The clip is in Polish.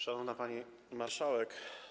Szanowna Pani Marszałek!